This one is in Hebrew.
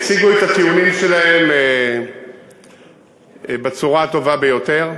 הם הציגו את הטיעונים שלהם בצורה הטובה ביותר.